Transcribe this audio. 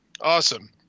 awesome